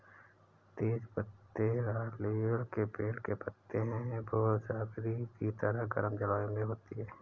तेज पत्ते लॉरेल के पेड़ के पत्ते हैं भूमध्यसागरीय की तरह गर्म जलवायु में होती है